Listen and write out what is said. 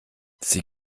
sie